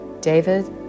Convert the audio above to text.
David